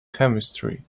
chemistry